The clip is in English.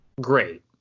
great